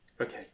Okay